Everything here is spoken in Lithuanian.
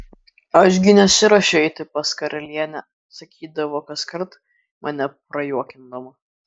aš gi nesiruošiu eiti pas karalienę sakydavo kaskart mane prajuokindama